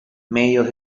medios